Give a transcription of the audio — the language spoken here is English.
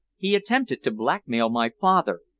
he attempted to blackmail my father,